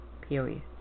Period